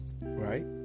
right